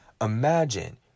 imagine